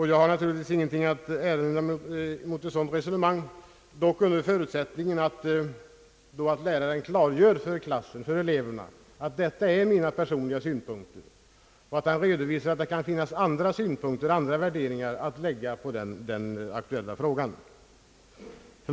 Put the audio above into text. Jag har naturligtvis ingenting att erinra mot ett sådant resonemang, dock endast under förutsättningen att läraren klargör för eleverna att detta är hans personliga synpunkter och att han samtidigt redovisar att andra synpunkter och värderingar kan läggas på den aktuella frågan.